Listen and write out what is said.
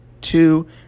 two